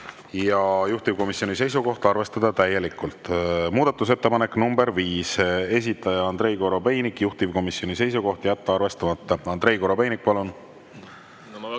ja juhtivkomisjoni seisukoht on arvestada täielikult. Muudatusettepanek nr 5, esitaja Andrei Korobeinik, juhtivkomisjoni seisukoht on jätta arvestamata. Andrei Korobeinik, palun!